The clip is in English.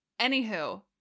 Anywho